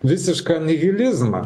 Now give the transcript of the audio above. visišką nihilizmą